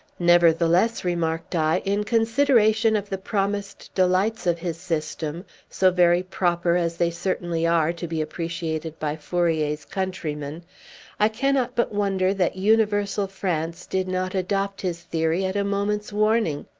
nevertheless, remarked i, in consideration of the promised delights of his system so very proper, as they certainly are, to be appreciated by fourier's countrymen i cannot but wonder that universal france did not adopt his theory at a moment's warning.